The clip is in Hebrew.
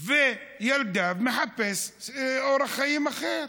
וילדיו מחפשים אורח חיים אחר.